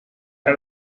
era